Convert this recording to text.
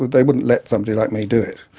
they wouldn't let somebody like me do it.